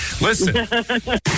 Listen